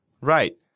Right